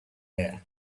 air